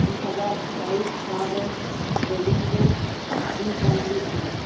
ᱫᱩᱦᱟᱡᱟᱨ ᱵᱟᱭᱤᱥ ᱥᱟᱞ ᱨᱮ ᱜᱮᱡᱩᱭᱮᱥᱮᱱ ᱤᱧ ᱠᱳᱢᱯᱞᱤᱴ ᱠᱮᱫᱟ